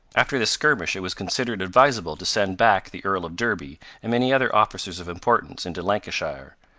after this skirmish it was considered advisable to send back the earl of derby and many other officers of importance into lancashire,